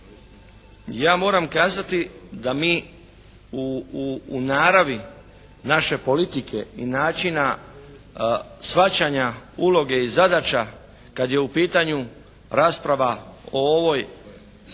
ja moram kazati da mi u naravi naše politike i načina shvaćanja uloge i zadaća kad je u pitanju rasprava o ovoj,